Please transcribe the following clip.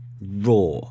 raw